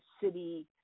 city